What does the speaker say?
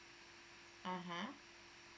(uh huh)